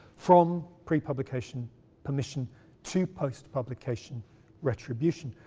from pre-publication permission to post-publication retribution,